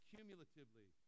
Cumulatively